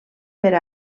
per